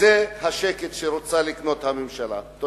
וזה השקט שהממשלה רוצה לקנות.